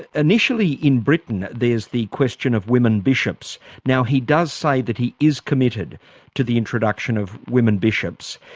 initially in britain there's the question of women bishops. now he does say that he is committed to the introduction of women bishops.